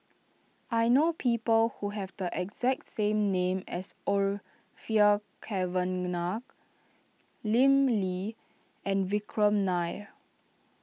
I know people who have the exact same name as Orfeur Cavenagh Lim Lee and Vikram Nair